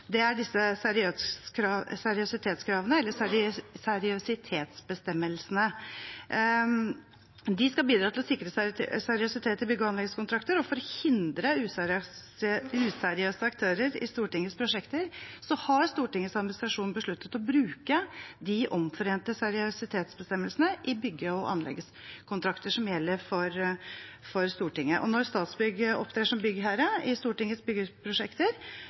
Det er disse seriøsitetskravene, eller seriøsitetsbestemmelsene, som skal bidra til å sikre seriøsitet i bygge- og anleggskontrakter, og for å hindre useriøse aktører i Stortingets prosjekter har Stortingets administrasjon besluttet å bruke de omforente seriøsitetsbestemmelsene i bygge- og anleggskontrakter som gjelder for Stortinget. Når Statsbygg opptrer som byggherre i Stortingets byggeprosjekter,